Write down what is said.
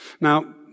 Now